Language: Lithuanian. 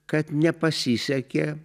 kad nepasisekė